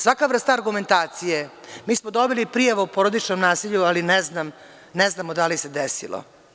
Svaka vrsta argumentacije, mi smo dobili prijavu o porodičnom nasilju, ali ne znamo da li se desilo.